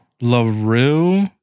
LaRue